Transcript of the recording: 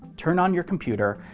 turn on your computer,